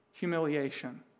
humiliation